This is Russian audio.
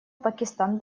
пакистан